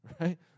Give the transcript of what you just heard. right